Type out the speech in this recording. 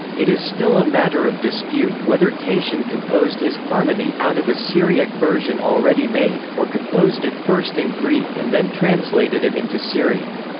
it is still a matter of dispute whether tatian composed his harmony out of a syriac version already made, or composed it first in greek and then translated it into syriac.